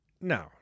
No